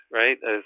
right